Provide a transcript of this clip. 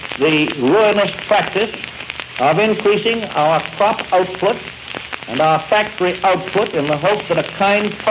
the tactic of increasing output and factory. i'd put in the hope that a kind of